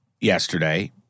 yesterday